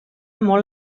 molt